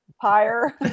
pyre